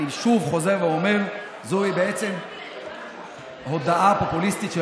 אני חוזר ואומר: זוהי בעצם הודעה פופוליסטית של